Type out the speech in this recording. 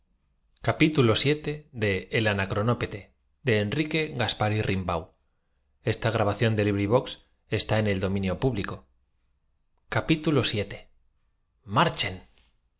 de perpetuar en